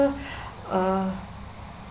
uh